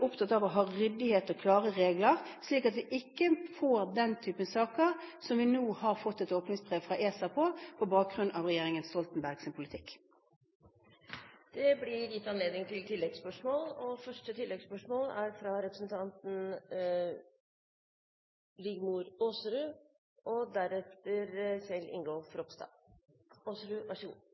opptatt av å ha ryddighet og klare regler, slik at vi ikke får den type saker som vi nå har fått et åpningsbrev fra ESA om, på bakgrunn av regjeringen Stoltenbergs politikk. Det blir gitt anledning til oppfølgingsspørsmål – først Rigmor Aasrud. Også i Finland har man hatt en ESA-sak knyttet til spillmonopol, og